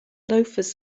loafers